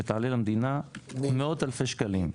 שתעלה למדינה מאות אלפי שקלים,